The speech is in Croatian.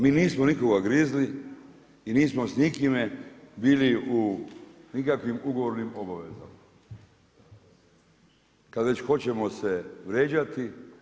Mi nismo nikoga grizli i nismo s nikime bili u nikakvim ugovornim obavezama, kada se već hoćemo vrijeđati.